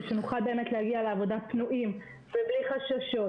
שנוכל להגיע לעבודה פנויים ובלי חששות,